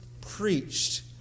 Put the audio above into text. preached